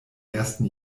ersten